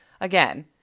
Again